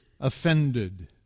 offended